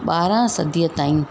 ॿारहां सदीअ ताईं